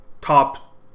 top